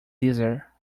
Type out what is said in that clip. deezer